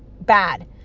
Bad